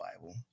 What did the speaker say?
Bible